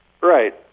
Right